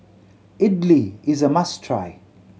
idili is a must try